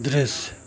दृश्य